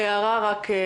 הערה רק.